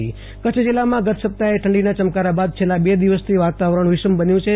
Ashutosh Antani Kutch હવા માન કચ્છ જીલ્લામાં ગત સપ્તાહે ઠંડીના ચમકારા બાદ છેલ્લા બે દિવસથી વાતાવરણ વિષમ બન્યું છે